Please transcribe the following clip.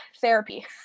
therapy